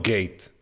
Gate